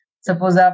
suppose